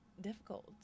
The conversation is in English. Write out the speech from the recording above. difficult